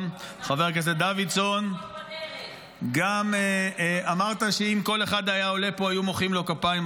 חבר הכנסת דוידסון: אמרת שאם כל אחד היה עולה לפה היו מוחאים לו כפיים.